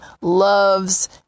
loves